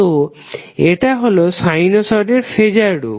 তো এটা হলো সাইনোসডের ফেজার রূপ